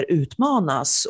utmanas